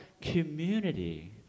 community